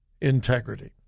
integrity